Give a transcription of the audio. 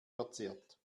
verzerrt